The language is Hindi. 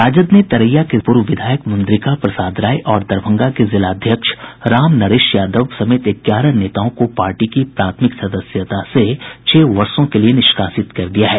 राजद ने तरैया के पूर्व विधायक मुंद्रिका प्रसाद राय और दरभंगा के जिलाध्यक्ष राम नरेश यादव समेत ग्यारह नेताओं को पार्टी की प्राथमिक सदस्यता से छह वर्षो के लिए निष्कासित कर दिया है